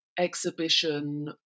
exhibition